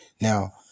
Now